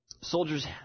soldiers